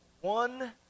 one